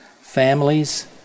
families